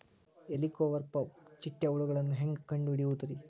ಹೇಳಿಕೋವಪ್ರ ಚಿಟ್ಟೆ ಹುಳುಗಳನ್ನು ಹೆಂಗ್ ಕಂಡು ಹಿಡಿಯುದುರಿ?